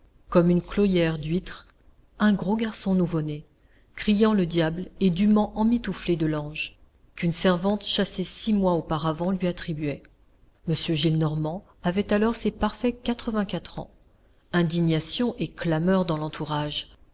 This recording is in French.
comme une cloyère d'huîtres un gros garçon nouveau-né criant le diable et dûment emmitouflé de langes qu'une servante chassée six mois auparavant lui attribuait m gillenormand avait alors ses parfaits quatrevingt quatre ans indignation et clameur dans l'entourage